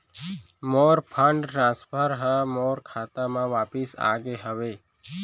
मोर fund transfer हा मोर खाता मा वापिस आ गे हवे